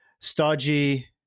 stodgy